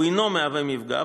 הוא אינו מהווה מפגע,